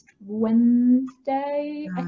Wednesday